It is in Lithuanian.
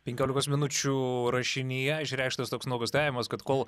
penkiolikos minučių rašinyje išreikštas toks nuogąstavimas kad kol